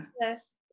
Yes